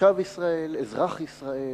תושב ישראל, אזרח ישראל,